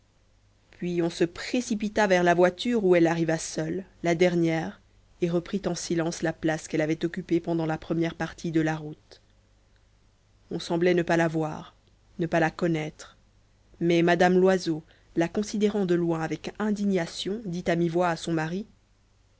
puis on se précipita vers la voiture où elle arriva seule la dernière et reprit en silence la place qu'elle avait occupée pendant la première partie de la route on semblait ne pas la voir ne pas la connaître mais mme loiseau la considérant de loin avec indignation dit à mi-voix à son mari